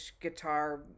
guitar